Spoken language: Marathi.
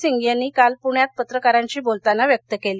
सिंग यांनी आज पृण्यात पत्रकारांशी बोलताना व्यक्त केली